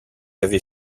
avait